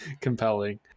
compelling